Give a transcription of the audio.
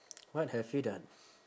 what have you done